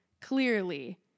clearly